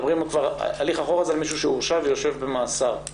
הליך אחורה זה מישהו שהורשע ויושב במאסר.